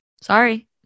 sorry